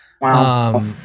Wow